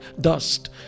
dust